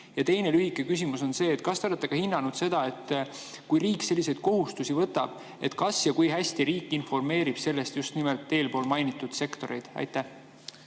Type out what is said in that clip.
Ja teine, lühike küsimus on selline: kas te olete hinnanud seda, et kui riik selliseid kohustusi võtab, siis kas ja kui hästi riik informeerib sellest eespool mainitud sektoreid? Aitäh,